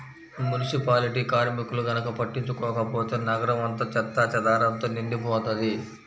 municipality కార్మికులు గనక పట్టించుకోకపోతే నగరం అంతా చెత్తాచెదారంతో నిండిపోతది